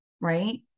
Right